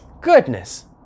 goodness